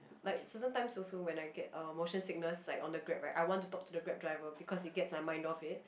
like certain times also when I get uh emotion sickness like on the grab right I want to talk to the grab driver because it gets my mind off it